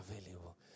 available